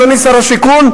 אדוני שר השיכון,